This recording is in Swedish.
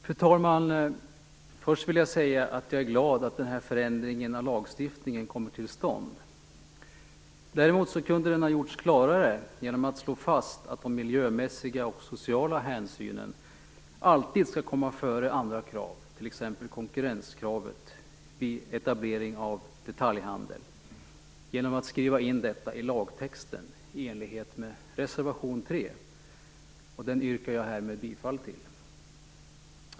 Fru talman! Först vill jag säga att jag är glad att den här förändringen av lagstiftningen kommer till stånd. Däremot kunde den ha gjorts klarare genom att man slagit fast att de miljömässiga och sociala hänsynen alltid skall komma före andra krav, t.ex. konkurrenskravet, vid etablering av detaljhandel, och skrivit in detta i lagtexten i enlighet med reservation 3. Den yrkar jag härmed bifall till.